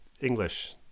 English